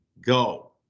go